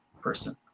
person